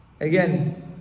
Again